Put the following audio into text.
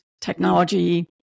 technology